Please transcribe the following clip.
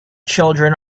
children